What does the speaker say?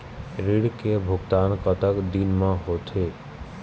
ऋण के भुगतान कतक दिन म होथे?